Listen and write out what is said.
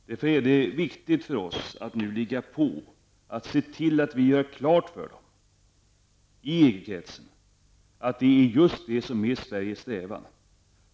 Därför är det viktigt för oss att ligga på nu och se till att vi gör klart för länderna i EG-kretsen att det är just detta som är Sveriges strävan.